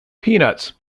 peanuts